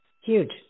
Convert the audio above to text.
Huge